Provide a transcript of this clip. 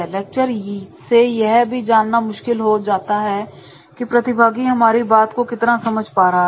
lecture से यह भी जानना मुश्किल हो जाता है की प्रतिभागी हमारी बात को कितना समझ पा रहा है